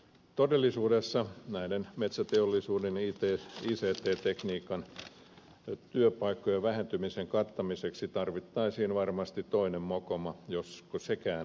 todellisuudessa näiden metsäteollisuuden ic tekniikan työpaikkojen vähentymisen kattamiseksi tarvittaisiin varmasti toinen mokoma josko sekään riittää